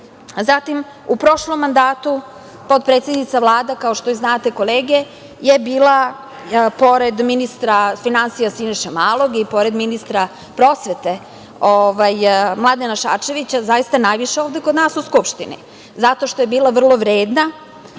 Zatim, u prošlom mandatu potpredsednica Vlade, kao što i znate, kolege, je bila, pored ministra finansija Siniše Malog i pored ministra prosvete Mladena Šarčevića, zaista najviše ovde kod nas u Skupštini, zato što je bila vrlo vredna,